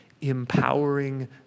empowering